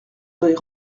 des